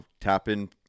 tap-in